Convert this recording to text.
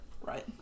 Right